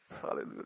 Hallelujah